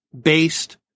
based